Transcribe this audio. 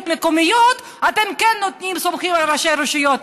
מקומיות אתם כן נותנים סמכות לראשי הרשויות.